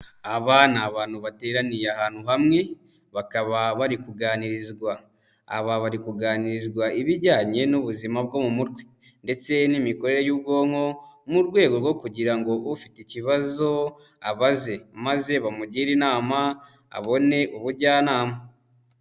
Aba ni abantu bateraniye ahantu hamwe, bakaba bari kuganirizwa, aba bari kuganirizwa ibijyanye n'ubuzima bwo mu mutwe ndetse n'imikorere y'ubwonko mu rwego rwo kugira ngo ufite ikibazo abaze maze bamugire inama abone ubujyanama.